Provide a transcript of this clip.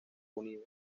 unidos